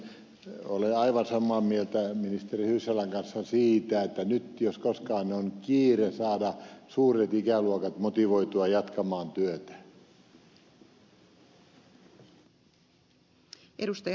olen aivan samaa mieltä ministeri hyssälän kanssa siitä että nyt jos koskaan on kiire saada suuret ikäluokat motivoitua jatkamaan työtä